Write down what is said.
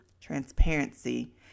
transparency